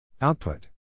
Output